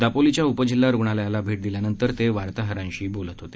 दापोलीच्या उपजिल्हा रुग्णालयाला भेट दिल्यानंतर ते वार्ताहरांशी बोलत होते